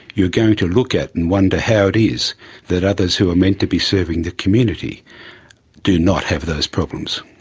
you are going to look at and wonder how it is that others who are meant to be serving the community do not have those problems.